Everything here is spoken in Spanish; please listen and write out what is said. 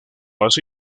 hace